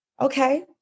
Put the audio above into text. okay